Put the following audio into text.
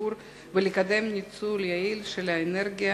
בוועדת העבודה,